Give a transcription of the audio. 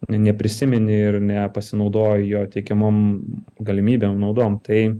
neprisimeni ir nepasinaudoji jo teikiamom galimybėm naudom tai